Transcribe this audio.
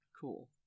Cool